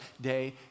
day